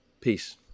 peace